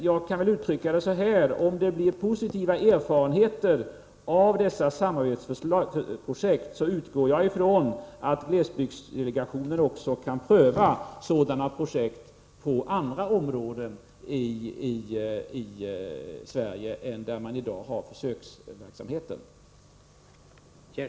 Jag kan väl uttrycka mig så här: Om det blir positiva erfarenheter av dessa samarbetsprojekt utgår jag ifrån att glesbygdsdelegationen också kan pröva sådana projekt på andra håll i Sverige än där man i dag har försöksverksamheter.